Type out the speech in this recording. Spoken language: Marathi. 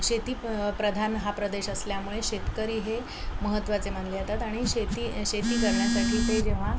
शेती प् प्रधान हा प्रदेश असल्यामुळे शेतकरी हे महत्त्वाचे मानले आतात आणि शेती शेती करण्यासाठी ते जेव्हा